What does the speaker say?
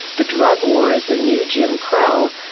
the drug war is the new jim crow,